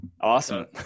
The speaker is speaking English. Awesome